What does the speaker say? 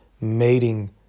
mating